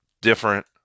different